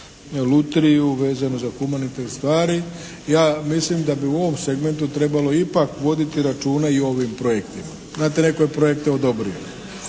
/Govornik se ne razumije./ … stvari. Ja mislim da bi u ovom segmentu trebalo ipak voditi računa i o ovim projektima. Znate netko je projekte odobrio.